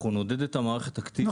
אנחנו נעודד את המערכת האקטיבית.